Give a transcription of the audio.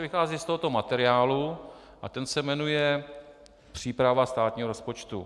Vychází se z tohoto materiálu a ten se jmenuje příprava státního rozpočtu.